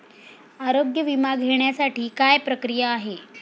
आरोग्य विमा घेण्यासाठी काय प्रक्रिया आहे?